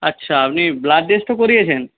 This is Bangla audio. আচ্ছা আপনি ব্লাড টেস্টও করিয়েছেন